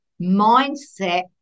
mindset